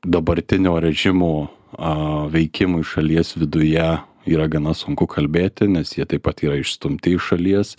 dabartinio režimo a veikimui šalies viduje yra gana sunku kalbėti nes jie taip pat yra išstumti iš šalies